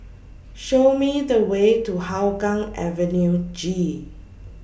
Show Me The Way to Hougang Avenue G